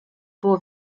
było